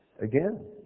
again